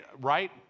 right